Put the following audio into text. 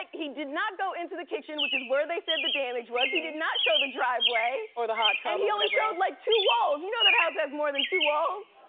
like he did not go into the kitchen, which is where they said the damage was. he did not show the driveway. or the hot tub. and he only showed like two walls. you know that house has more than two walls.